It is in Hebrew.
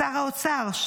לשר האוצר.